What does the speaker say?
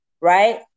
right